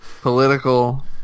Political